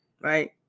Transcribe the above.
Right